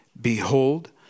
Behold